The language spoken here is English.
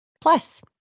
Plus